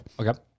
Okay